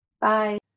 Bye